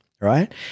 Right